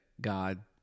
God